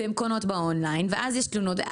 הן קונות באונליין ואז יש תלונות.